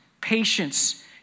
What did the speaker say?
patience